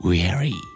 Weary